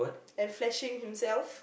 and flashing himself